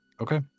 Okay